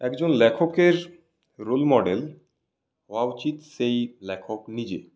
একজন লেখকের role model হওয়া উচিত সেই লেখক নিজেই